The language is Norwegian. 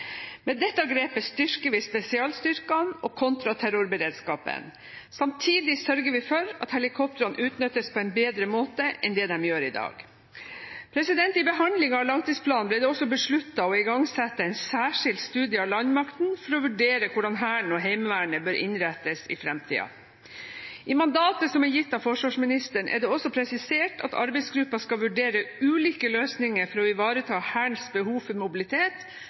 Med dette grepet styrker vi spesialstyrkene og kontraterrorberedskapen. Samtidig sørger vi for at helikoptrene utnyttes på en bedre måte enn det de gjør i dag. I behandlingen av langtidsplanen ble det også besluttet å igangsette en særskilt studie av landmakten for å vurdere hvordan Hæren og Heimevernet bør innrettes i framtida. I mandatet som er gitt av forsvarsministeren, er det også presisert at arbeidsgruppa skal vurdere ulike løsninger for å ivareta Hærens behov for mobilitet,